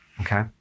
Okay